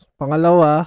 pangalawa